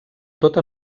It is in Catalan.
tota